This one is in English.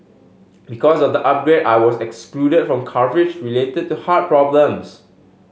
because of the upgrade I was excluded from coverage related the heart problems